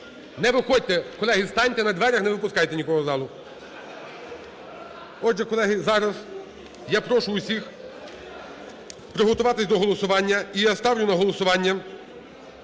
Не виходьте, колеги, станьте на дверях, не випускайте нікого з залу. Отже, колеги, я прошу всіх приготуватись до голосування, і я ставлю на голосування